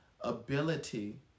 ability